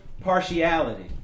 partiality